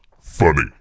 funny